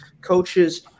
coaches